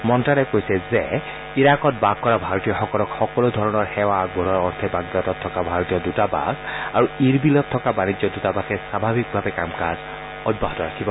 মন্ত্যালয়ে কৈছে যে ইৰাকত বাস কৰা ভাৰতীয়লসকলক সকলো ধৰণৰ সেৱা আগবঢ়োৱাৰ অৰ্থে বাগদাদত থকা ভাৰতীয় দূতাবাস আৰু ইৰবিলত থকা বাণিজ্য দূতাবাসে স্বাভাৱিকভাৱে কাম কাজ অব্যাহত ৰাখিব